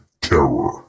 terror